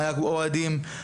האוהדים,